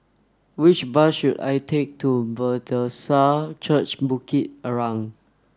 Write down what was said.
which bus should I take to Bethesda Church Bukit Arang